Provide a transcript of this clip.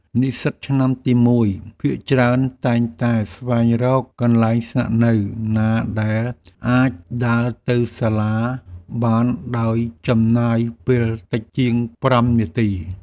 និស្សិតឆ្នាំទីមួយភាគច្រើនតែងតែស្វែងរកកន្លែងស្នាក់នៅណាដែលអាចដើរទៅសាលាបានដោយចំណាយពេលតិចជាងប្រាំនាទី។